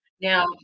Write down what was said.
Now